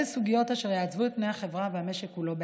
אלה סוגיות אשר יעצבו את פני החברה והמשק כולו בעתיד.